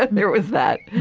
um there was that